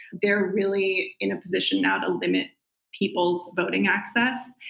they're really in a position now to limit people's voting access,